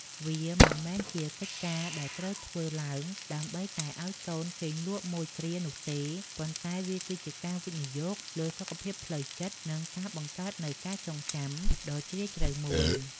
វាមិនមែនជាកិច្ចការដែលត្រូវធ្វើឡើងដើម្បីតែឱ្យកូនគេងលក់មួយគ្រានោះទេ ប៉ុន្តែវាគឺជាការវិនិយោគលើសុខភាពផ្លូវចិត្ត និងការបង្កើតនូវការចងចាំដ៏ជ្រាលជ្រៅមួយ